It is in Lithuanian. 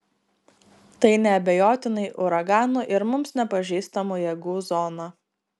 tai neabejotinai uraganų ir mums nepažįstamų jėgų zona